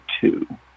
two